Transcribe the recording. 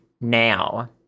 now